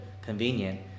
convenient